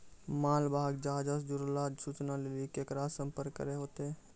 मालवाहक जहाजो से जुड़लो सूचना लेली केकरा से संपर्क करै होतै?